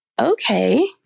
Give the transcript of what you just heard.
Okay